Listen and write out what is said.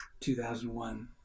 2001